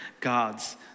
God's